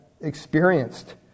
experienced